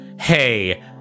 hey